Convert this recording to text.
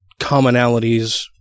commonalities